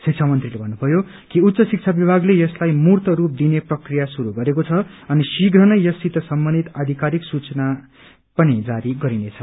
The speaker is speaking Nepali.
शिक्षा मन्त्रीले भन्नुभयो कि उच्च शिक्षा विभागले यसलाई मूर्तरूप दिने प्रकिया शुरू गरेको छ अनि शीघ्र नै यससित सम्बनिधत आधिकारिक अधिसूचना पनि जारी गरिनेछ